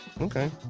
Okay